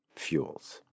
fuels